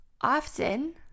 Often